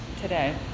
today